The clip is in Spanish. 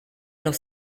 los